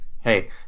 Hey